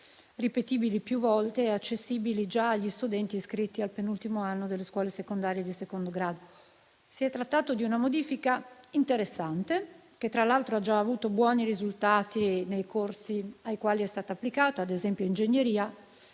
ripetibili più volte e accessibili già agli studenti iscritti al penultimo anno delle scuole secondarie di secondo grado. Si è trattato di una modifica interessante, che tra l'altro ha già avuto buoni risultati nei corsi ai quali è stata applicata, ad esempio ingegneria.